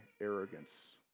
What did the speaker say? arrogance